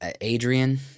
Adrian